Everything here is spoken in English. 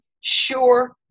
sure